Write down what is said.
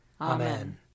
Amen